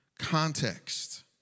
context